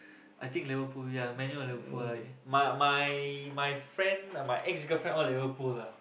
I think Liverpool ya Man-U or Liverpool ah but my my friend my ex girlfriend all Liverpool ah